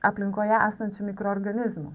aplinkoje esančių mikroorganizmų